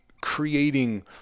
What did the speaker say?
creating